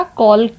call